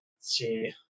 see